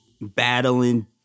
battling